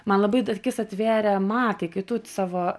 man labai d akis atvėrė matai kai tu savo